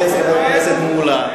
וזאת תזכורת אחרונה.